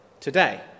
today